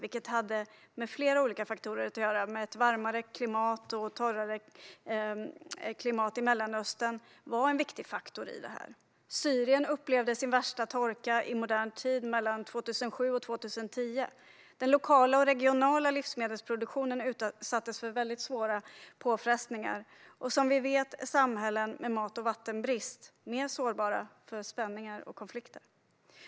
Det hade att göra med flera olika faktorer, men ett varmare och torrare klimat i Mellanöstern var en viktig faktor. Syrien upplevde sin värsta torka i modern tid mellan 2007 och 2010. Den lokala och regionala livsmedelsproduktionen utsattes för svåra påfrestningar, och som vi vet är samhällen med mat och vattenbrist mer sårbara för spänningar och konflikter.